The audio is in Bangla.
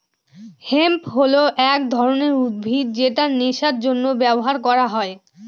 হেম্প হল এক ধরনের উদ্ভিদ যেটা নেশার জন্য ব্যবহার করা হয়